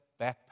backpack